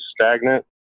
stagnant